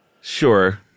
Sure